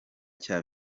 cya